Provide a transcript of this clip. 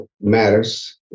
matters